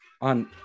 on